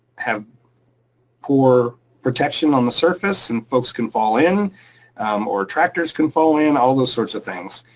have poor protection on the surface and folks can fall in or tractors can fall in, all those sorts of things.